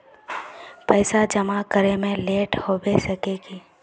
पैसा जमा करे में लेट होबे सके है की?